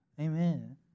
amen